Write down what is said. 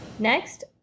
Next